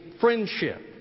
friendship